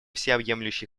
всеобъемлющий